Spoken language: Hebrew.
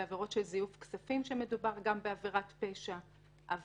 בעבירות של זיוף כספים כאשר מדובר גם בעבירת פשע וכו'.